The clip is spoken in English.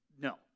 No